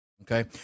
Okay